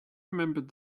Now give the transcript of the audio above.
remembered